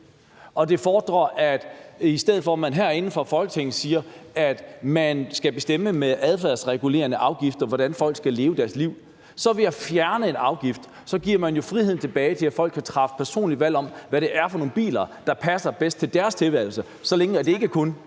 det frie valg. I stedet for at man herinde fra Folketinget siger, at man skal bestemme med adfærdsregulerende afgifter, hvordan folk skal leve deres liv, giver man jo ved at fjerne en afgift friheden tilbage til, at folk kan træffe et personligt valg om, hvad det er for nogle biler, der passer bedst til deres tilværelse, om det så er